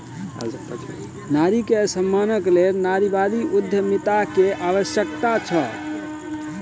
नारी के सम्मानक लेल नारीवादी उद्यमिता के आवश्यकता छल